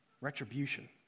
Retribution